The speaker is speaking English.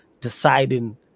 deciding